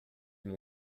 mon